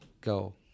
go